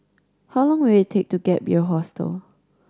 how long will it take to Gap Year Hostel